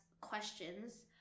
questions